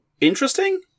interesting